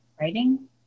writing